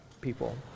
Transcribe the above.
people